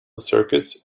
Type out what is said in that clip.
circus